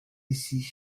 ici